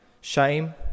Shame